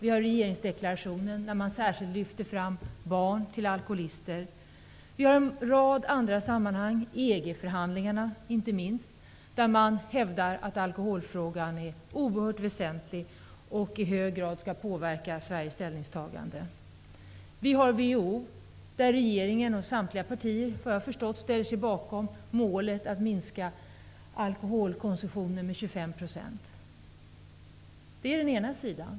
I regeringsdeklarationen lyfte man särskilt fram barn till alkoholister. I en rad andra sammanhang -- inte minst i EG förhandlingarna -- hävdar regeringen att alkoholfrågan är oerhört väsentlig och att den i hög grad skall påverka Sveriges ställningstagande. Regeringen och samtliga partier ställer sig såvitt jag har förstått bakom WHO:s mål att minska alkoholkonsumtionen med 25 %. Det är den ena sidan.